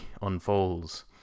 unfolds